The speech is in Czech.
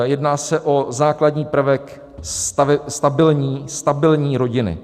Jedná se o základní prvek stabilní stabilní rodiny.